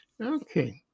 Okay